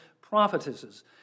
prophetesses